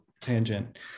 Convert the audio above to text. tangent